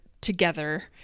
together